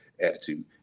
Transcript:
attitude